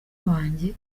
wanjye